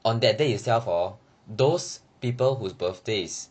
on that day itself hor those people whose birthdays